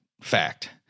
fact